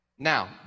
Now